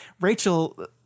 Rachel